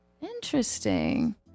Interesting